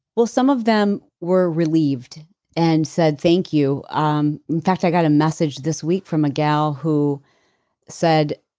well some of them were relieved and said thank you. um in fact i got a message this week from a gal who said,